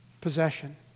possession